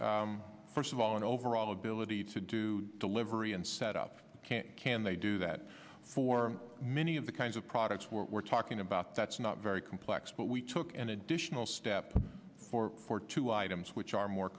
at first of all an overall ability to do delivery and set up can can they do that for many of the kinds of products we're talking about that's not very complex but we took an additional step for for two items which are more